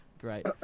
Great